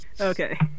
Okay